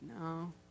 No